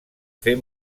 fer